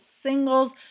singles